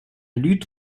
lutte